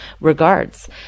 regards